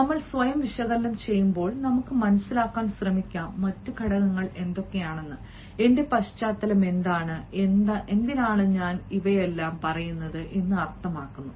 നമ്മൾ സ്വയം വിശകലനം ചെയ്യുമ്പോൾ നമുക്ക് മനസ്സിലാക്കാൻ ശ്രമിക്കാം മറ്റ് ഘടകങ്ങൾ എന്തൊക്കെയാണ് എന്റെ പശ്ചാത്തലം എന്താണ് എന്തിനാണ് ഞാൻ ഇവയെല്ലാം പറയുന്നത് എന്ന് അർത്ഥമാക്കുന്നു